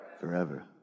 Forever